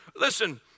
Listen